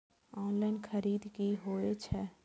Online खरीद की होए छै?